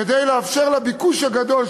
כדי לאפשר לביקוש הגדול,